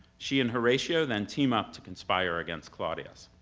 she and horatio then team up to conspire against claudius.